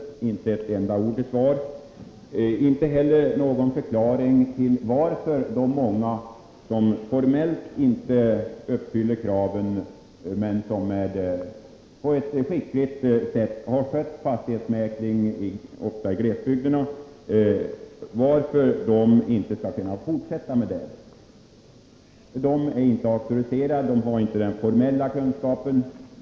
Vi har inte fått ett ord till svar, inte heller någon förklaring till varför de många som formellt inte uppfyller kraven men som på ett skickligt sätt har skött fastighetsmäkling, ofta i glesbygderna, inte skall kunna få fortsätta med detta. De är inte auktoriserade, de har inte den formella kunskapen.